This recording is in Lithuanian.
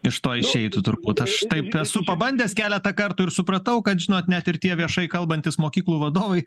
iš to išeitų turbūt aš taip esu pabandęs keletą kartų ir supratau kad žinot net ir tie viešai kalbantys mokyklų vadovai